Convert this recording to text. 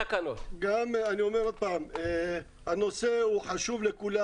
אני אומר שוב: הנושא הוא חשוב לכולם.